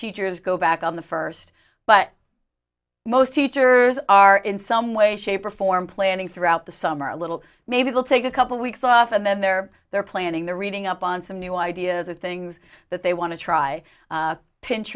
teachers go back on the first but most teachers are in some way shape or form planning throughout the summer a little maybe they'll take a couple weeks off and then they're there planning their reading up on some new ideas or things that they want to try